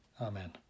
Amen